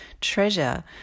treasure